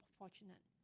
fortunate